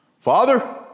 Father